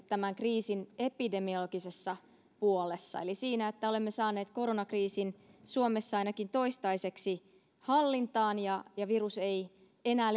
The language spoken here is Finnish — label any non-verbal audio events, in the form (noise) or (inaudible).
tämän kriisin epidemiologisessa puolessa eli siinä että olemme saaneet koronakriisin suomessa ainakin toistaiseksi hallintaan ja ja virus ei enää (unintelligible)